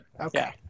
Okay